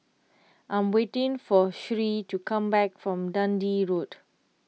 I am waiting for Sherree to come back from Dundee Road